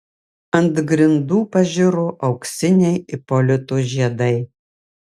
ant grindų pažiro auksiniai ipolito žiedai